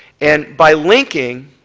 and by linking,